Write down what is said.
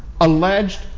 alleged